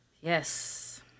Yes